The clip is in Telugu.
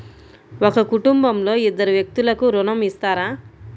ఒక కుటుంబంలో ఇద్దరు సభ్యులకు ఋణం ఇస్తారా?